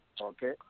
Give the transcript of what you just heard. okay